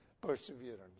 Perseverance